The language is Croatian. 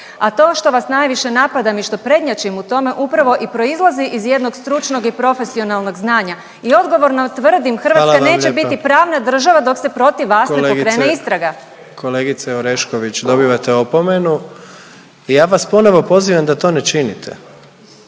A to što vas najviše napadam i što prednjačim u tome upravo i proizlazi iz jednog stručnog i profesionalnog znanja i odgovorno tvrdim …/Upadica predsjednik: Hvala vam lijepa./… Hrvatska neće biti pravna država dok se protiv vas ne pokrene istraga. **Jandroković, Gordan (HDZ)** Kolegice Orešković dobivate opomenu. Ja vas ponovo pozivam da to ne činite.